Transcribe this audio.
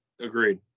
Agreed